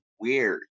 weird